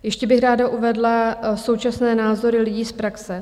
Ještě bych ráda uvedla současné názory lidí z praxe.